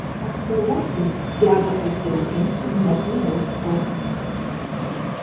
aksolotliai geba atsiauginti net vidaus organus